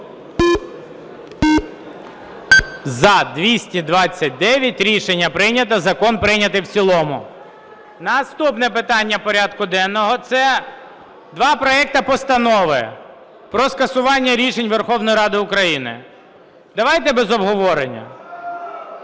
За-229 Рішення прийнято. Закон прийнятий в цілому. Наступне питання порядку денного – це два проекти постанови про скасування рішень Верховної Ради України. Давайте без обговорення.